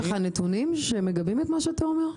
יש לך נתונים שמגבים את מה שאתה אומר?